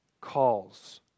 calls